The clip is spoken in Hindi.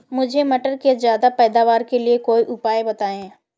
मुझे मटर के ज्यादा पैदावार के लिए कोई उपाय बताए?